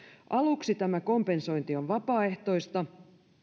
aluksi tämä kompensointi on vapaaehtoista